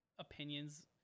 opinions